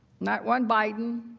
not one biden.